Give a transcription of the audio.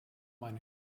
eine